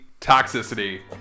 toxicity